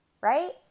right